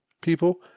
people